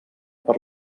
per